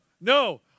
no